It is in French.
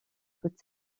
toute